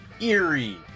eerie